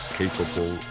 capable